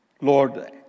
Lord